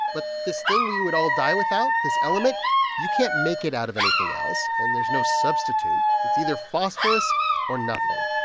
but this thing we would all without this element you can't make it out of anything else. and there's no substitute. it's either phosphorus or nothing.